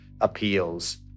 appeals